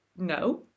no